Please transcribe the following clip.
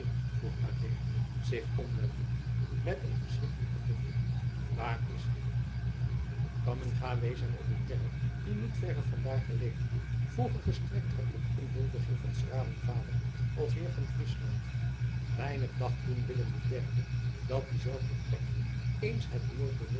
vroeg adeelen zich omwendende met een verschrikkelijken blik waar is hij cammingha wees hem op een terp die niet verre vandaar gelegen vroeger gestrekt had tot inhuldiging van s graven vader als heer van friesland weinig dacht toen willem iii dat die zelfde plek eens het